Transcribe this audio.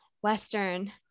Western